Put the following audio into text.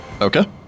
Okay